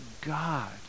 God